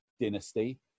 dynasty